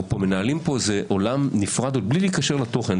מנהלים כאן עולם נפרד וזה בלי קשר לתוכן.